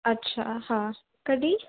अछा हा कॾहिं